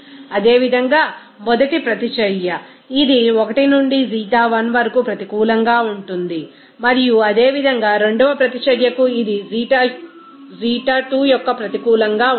అదేవిధంగా మొదటి ప్రతిచర్య ఇది 1 నుండి ξ1 వరకు ప్రతికూలంగా ఉంటుంది మరియు అదేవిధంగా రెండవ ప్రతిచర్యకు ఇది ξ2 యొక్క ప్రతికూలంగా ఉంటుంది